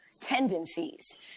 tendencies